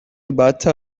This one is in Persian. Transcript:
بدتر